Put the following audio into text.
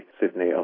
Sydney